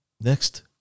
Next